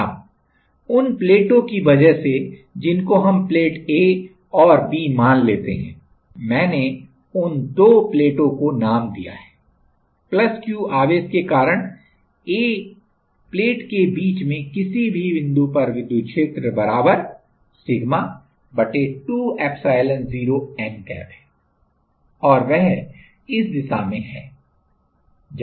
अब उन प्लेटों की वजह से जिनको हम प्लेट A और B मान लेते हैं मैंने उन 2 प्लेटों को नाम दिया हैQ आवेश के कारण A प्लेट के बीच में किसी भी बिंदु पर विद्युत क्षेत्र सिग्मा 2 ईपीएसलॉन0 एन कैप है और वह इस दिशा में है